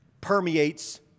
permeates